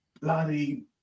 bloody